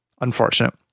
unfortunate